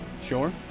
Sure